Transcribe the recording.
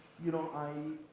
you know, i.